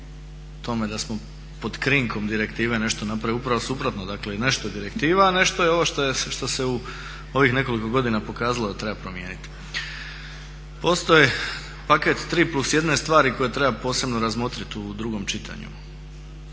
tome da smo pod krinkom direktive nešto napravili. Upravo suprotno, dakle nešto direktiva, a nešto je ovo što se u ovih nekoliko godina pokazalo da treba promijeniti. Postoji paket 3+1 stvari koje treba posebno razmotriti u drugom čitanju.